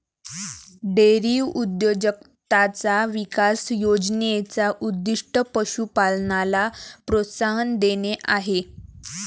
dairy उद्योजकताचा विकास योजने चा उद्दीष्ट पशु पालनाला प्रोत्साहन देणे आहे